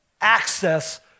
access